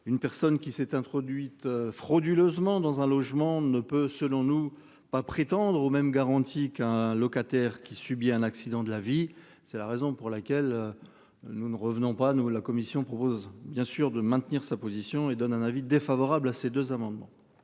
Une personne qui s'est introduite frauduleusement dans un logement ne peut selon nous pas prétendre aux mêmes garanties qu'un locataire qui subit un accident de la vie, c'est la raison pour laquelle. Nous ne revenons pas nous la commission propose bien sûr de maintenir sa position et donne un avis défavorable à ces deux amendements.